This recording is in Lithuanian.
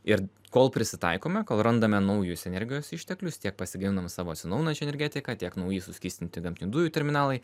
ir kol prisitaikome kol randame naujus energijos išteklius tiek pasigaminam savo atsinaujinančią energetiką tiek nauji suskystintų gamtinių dujų terminalai